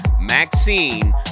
Maxine